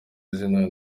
izina